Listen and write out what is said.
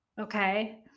Okay